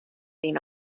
dyn